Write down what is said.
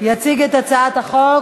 יציג את הצעת החוק,